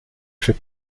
fait